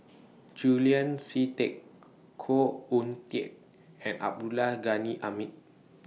Julian Yeo See Teck Khoo Oon Teik and Abdul Ghani Hamid